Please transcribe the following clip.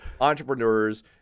entrepreneurs